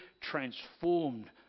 transformed